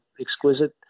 exquisite